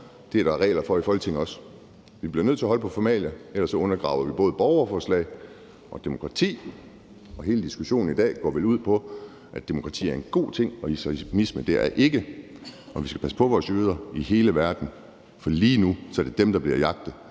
Det er der regler for i Folketinget. Vi bliver nødt til at holde på formalia, for ellers undergraver vi både borgerforslagene og demokratiet, og hele diskussionen i dag går vel ud på, at demokratiet er en god ting, og at islamismen ikke er. Vi skal passe på vores jøder i hele verden, for lige nu er det dem, der bliver jagtet,